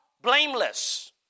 blameless